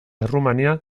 errumania